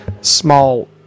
small